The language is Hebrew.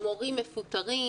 מורים מפוטרים,